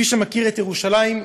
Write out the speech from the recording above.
מי שמכיר את ירושלים,